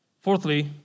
Fourthly